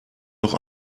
noch